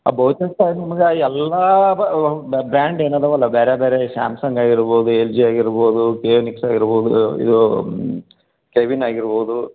ಬಹುಶಃ ಸರ್ ನಿಮ್ಗೆ ಎಲ್ಲಾ ಬ್ರ್ಯಾಂಡ್ ಏನು ಅದವಲ್ಲ ಬ್ಯಾರೆ ಬ್ಯಾರೆ ಸ್ಯಾಮ್ಸಂಗ್ ಆಗಿರ್ಬೋದು ಎಲ್ಜಿ ಆಗಿರ್ಬೋದು ಕಿಯೋನಿಕ್ಸ್ ಆಗಿರ್ಬೋದು ಇದೂ ಕೆವಿನ್ ಆಗಿರ್ಬೋದು